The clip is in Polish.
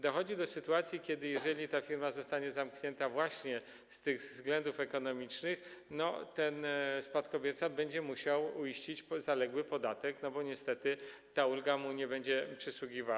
Dochodzi wówczas do sytuacji, kiedy - jeżeli ta firma zostanie zamknięta właśnie z tych względów ekonomicznych - ten spadkobierca będzie musiał uiścić zaległy podatek, bo niestety ta ulga mu nie będzie przysługiwała.